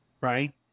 right